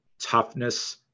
toughness